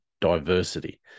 diversity